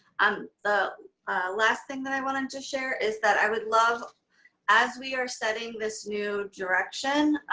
um the last thing that i wanted to share is that i would love as we are setting this new direction,